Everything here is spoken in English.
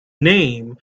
name